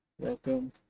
Welcome